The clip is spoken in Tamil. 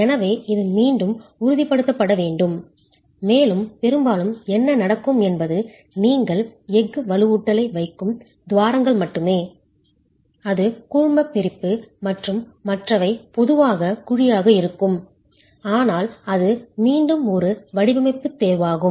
எனவே இது மீண்டும் உறுதிப்படுத்தப்பட வேண்டும் மேலும் பெரும்பாலும் என்ன நடக்கும் என்பது நீங்கள் எஃகு வலுவூட்டலை வைக்கும் துவாரங்கள் மட்டுமே அது கூழ்மப்பிரிப்பு மற்றும் மற்றவை பொதுவாக குழியாக இருக்கும் ஆனால் அது மீண்டும் ஒரு வடிவமைப்பு தேர்வாகும்